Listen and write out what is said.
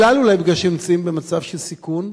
אולי בגלל שהם נמצאים במצב של סיכון?